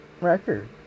record